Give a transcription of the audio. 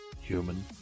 Human